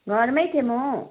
घरमै थिएँ म